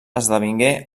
esdevingué